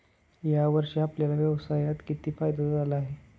या वर्षी आपल्याला व्यवसायात किती फायदा झाला आहे?